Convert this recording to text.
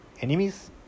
enemies